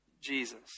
Jesus